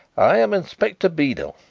i am inspector beedel,